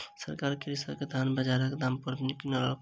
सरकार कृषक के धान बजारक दाम पर किनलक